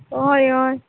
हय हय